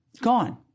gone